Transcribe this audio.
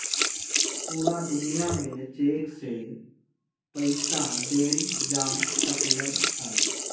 पूरा दुनिया में चेक से पईसा देल जा सकलई ह